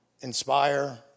inspire